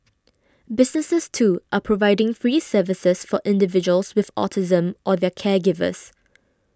businesses too are providing free services for individuals with autism or their caregivers